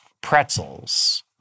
pretzels